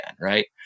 right